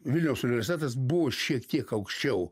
vilniaus universitetas buvo šiek tiek aukščiau